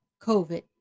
COVID